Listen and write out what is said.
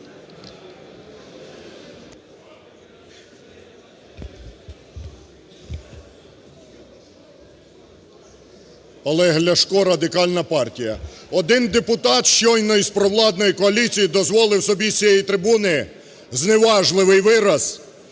Олег Ляшко, Радикальна партія. Один депутат щойно із провладної коаліції дозволив собі з цієї трибуни зневажливий вираз,